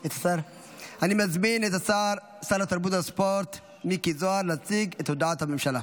את שר התרבות והספורט מיקי זוהר להציג את הודעת הממשלה.